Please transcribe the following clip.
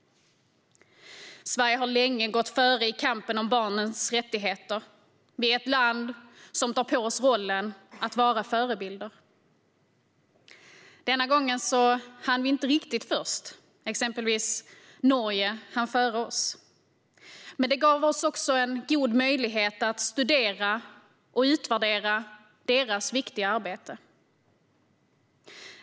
Sverige har länge gått före i kampen om barns rättigheter. Sverige är ett land som tar på sig rollen att vara förebild. Denna gång hann vi inte riktigt först. Exempelvis Norge hann före oss. Men det gav oss också en god möjlighet att studera och utvärdera deras viktiga arbete.